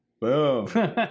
boom